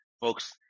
folks